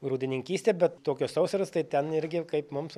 grūdininkystę bet tokios sausros tai ten irgi kaip mums